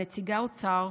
נציגי משרד האוצר,